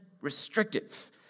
restrictive